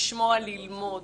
לשמוע וללמוד.